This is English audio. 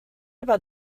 about